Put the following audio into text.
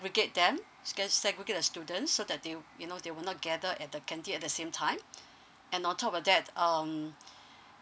re get them so kind of student you know they will not gather at the canteen at the same time and on top of that um